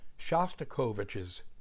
Shostakovich's